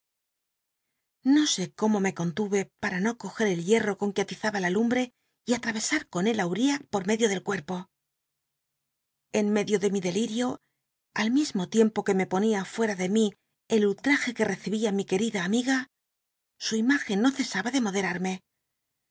no sé cómo me contuve para no coge el hiel'l'o con que atizaba la lumbe y atnnesa ron él i uriah por medio del cuerpo en medio de mi deliio al mismo tiempo que me ponia fuea de mí el ullraje que recibia mi querida amiga su im igcn no cesaba de moderarme